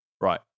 Right